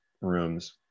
rooms